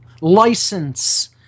license